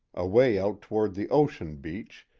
away out toward the ocean beach,